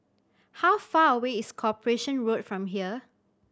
how far away is Corporation Road from here